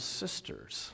sisters